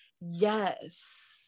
Yes